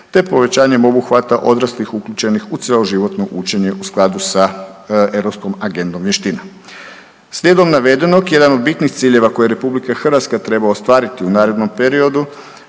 te povećanjem obuhvata odraslih uključenih u cjeloživotno učenje u skladu sa europskom agendom vještina. Slijedom navedenog jedan od bitnih ciljeva koji RH treba ostvariti u narednom periodu